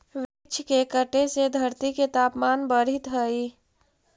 वृक्ष के कटे से धरती के तपमान बढ़ित हइ